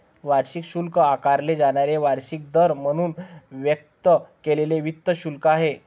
वार्षिक शुल्क आकारले जाणारे वार्षिक दर म्हणून व्यक्त केलेले वित्त शुल्क आहे